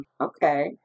Okay